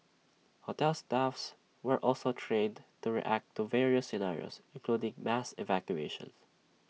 hotel staffs were also trained to react to various scenarios including mass evacuations